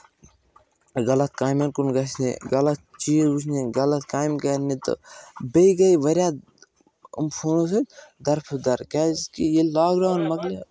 غلط کامٮ۪ن کُن گژھنہِ غلط چیٖز وٕچھنہِ غلط کامہِ کَرنہِ تہٕ بیٚیہِ گٔے واریاہ أمۍ فونو سۭتۍ درفہٕ در کیازکہِ ییٚلہِ لاکڈاوُن مۄکلہِ